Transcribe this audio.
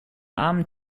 armen